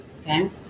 Okay